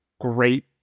great